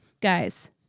guys